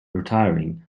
retiring